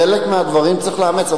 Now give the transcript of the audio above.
חלק מהדברים צריך לאמץ.